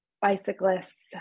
bicyclists